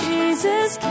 Jesus